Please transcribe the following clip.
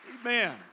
Amen